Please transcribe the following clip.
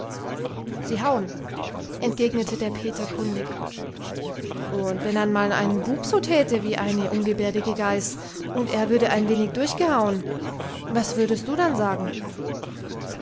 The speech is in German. sie hauen entgegnete der peter kundig und wenn einmal ein bub so täte wie eine ungebärdige geiß und er würde ein wenig durchgehauen was würdest du dann sagen